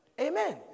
Amen